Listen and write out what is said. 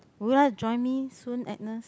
would you like to join me soon Agnes